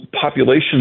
population